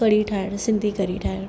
कढ़ी ठाहिण सिंधी कढ़ी ठाहिण